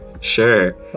Sure